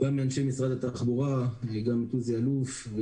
גם מאנשי משרד התחבורה וגם את עוזי אלוף.